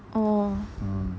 oh